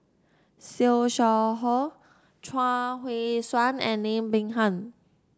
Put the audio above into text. Siew Shaw Her Chuang Hui Tsuan and Lim Peng Han